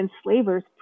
enslavers